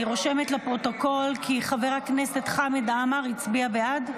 אני רושמת לפרוטוקול כי חבר הכנסת חמד עמאר הצביע בעד,